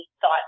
thought